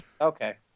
Okay